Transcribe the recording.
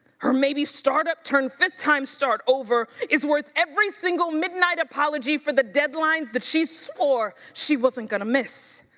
her maybe start-up turned fifth time start over is worth every single midnight apology for the deadlines that she swore she wasn't gonna miss.